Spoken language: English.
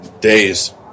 Days